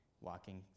walking